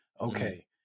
Okay